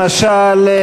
למשל,